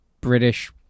British